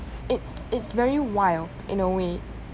it's it's very wild in a way